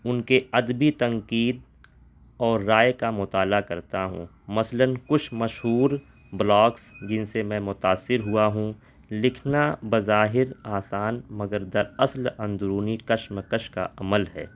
ان کے ادبی تنقید اور رائے کا مطالعہ کرتا ہوں مثلاً کچھ مشہور بلاگس جن سے میں متاثر ہوا ہوں لکھنا بظاہر آسان مگر در اصل اندرونی کش مکش کا عمل ہے